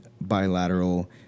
bilateral